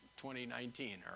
2019